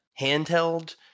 handheld